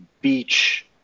beach